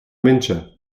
mbinse